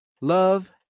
love